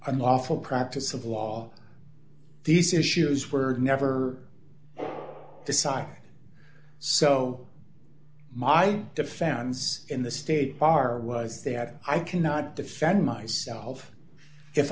an awful practice of law these issues were never decide so my defense in the state bar was that i cannot defend myself